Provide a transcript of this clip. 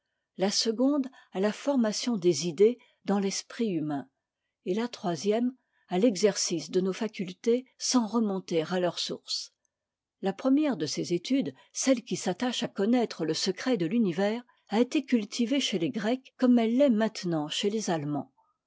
la seconde à la formation des idées dans l'esprit humain et la troisième à l'exercice de nos facultés sans remonter à leur source la première de ces études celle qui s'attache à connaître le secret de l'univers a été cultivée chez les grecs comme elle l'est maintenant chez les allemands